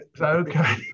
Okay